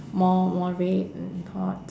more more red and hot